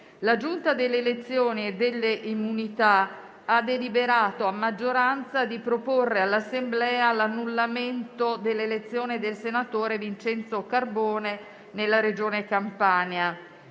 La Giunta delle elezioni e delle immunità parlamentari ha deliberato a maggioranza di proporre all'Assemblea l'annullamento dell'elezione del senatore Vincenzo Carbone nella Regione Campania.